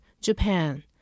JAPAN